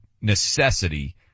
necessity